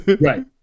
Right